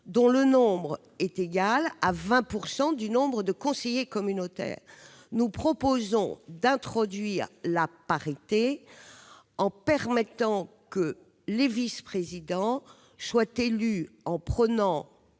dont le nombre est égal à 20 % du nombre de conseillers communautaires, la parité, en permettant que les vice-présidents soient élus en prenant